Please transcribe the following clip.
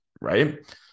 right